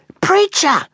Preacher